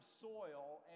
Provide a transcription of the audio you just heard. soil